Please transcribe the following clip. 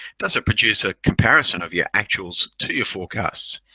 does it produce a comparison of your actuals to your forecasts?